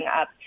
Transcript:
up